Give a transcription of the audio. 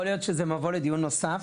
יכול להיות שזה מבוא לדיון נוסף.